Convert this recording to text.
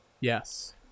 Yes